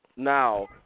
Now